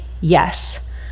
yes